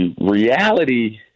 reality